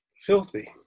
filthy